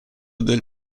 del